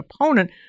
opponent